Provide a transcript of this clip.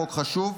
חוק חשוב.